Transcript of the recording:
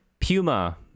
Puma